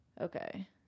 okay